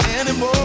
anymore